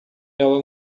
ela